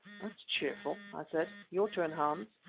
that's cheerful, i said. your turn, hans.